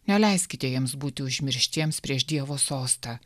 neleiskite jiems būti užmirštiems prieš dievo sostą